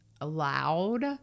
allowed